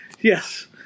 Yes